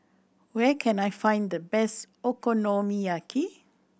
where can I find the best Okonomiyaki